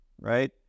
right